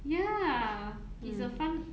ya it's a fun